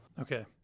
Okay